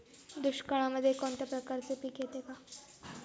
दुष्काळामध्ये कोणत्या प्रकारचे पीक येते का?